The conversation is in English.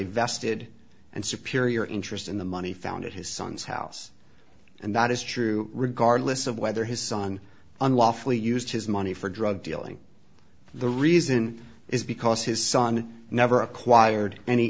a vested and superior interest in the money found at his son's house and that is true regardless of whether his son unlawfully used his money for drug dealing the reason is because his son never acquired any